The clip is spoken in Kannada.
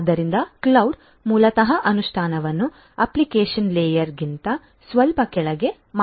ಆದ್ದರಿಂದ ಕ್ಲೌಡ್ ಮೂಲತಃ ಅನುಷ್ಠಾನವನ್ನು ಅಪ್ಲಿಕೇಶನ್ ಲೇಯರ್ಗಿಂತ ಸ್ವಲ್ಪ ಕೆಳಗೆ ಮಾಡಬಹುದು